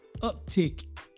uptick